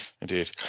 Indeed